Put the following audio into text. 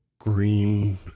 green